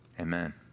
Amen